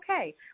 okay